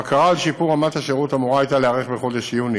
הבקרה על שיפור רמת השירות הייתה אמורה להיערך בחודש יוני.